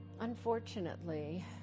Unfortunately